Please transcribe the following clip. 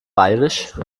bairisch